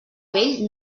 vell